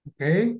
Okay